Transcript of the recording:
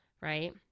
right